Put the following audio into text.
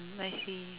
I see